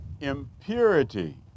impurity